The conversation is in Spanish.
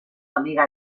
amiga